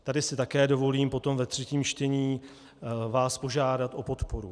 Tady si vás také dovolím potom ve třetím čtení požádat o podporu.